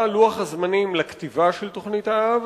מהו לוח הזמנים לכתיבה של תוכנית-האב